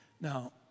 Now